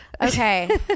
Okay